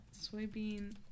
Soybean